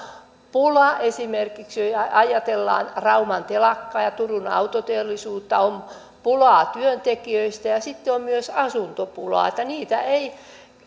esimerkiksi jos ajatellaan rauman telakkaa ja turun autoteollisuutta on pulaa työntekijöistä ja ja sitten on myös asuntopulaa näitä ei